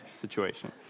situation